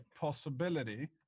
possibility